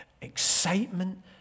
excitement